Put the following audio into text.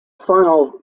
final